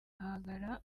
ahagaragara